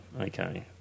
okay